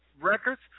records